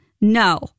no